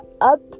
up